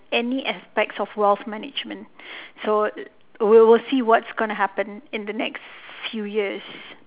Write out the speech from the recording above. any aspects of wealth management so we will see what's gonna happen in the next few years